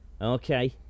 Okay